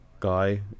guy